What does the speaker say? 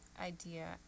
idea